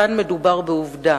כאן מדובר בעובדה.